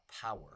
power